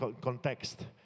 context